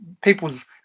people's